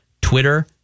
Twitter